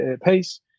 pace